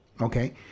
Okay